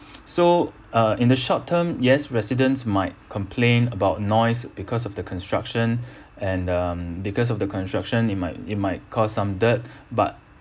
so uh in the short term yes residents might complain about noise because of the construction and um because of the construction it might it might cause some dirt but